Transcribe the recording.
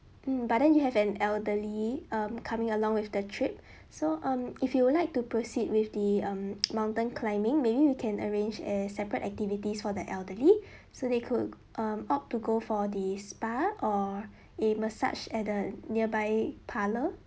mm but then you have an elderly um coming along with the trip so um if you would like to proceed with the um mountain climbing maybe you can arrange as separate activities for the elderly so they could um opt to go for the spa or a massage at the nearby parlour